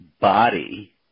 body